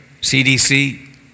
CDC